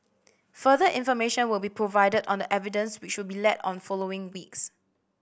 further information will be provided on the evidence which will be led on following weeks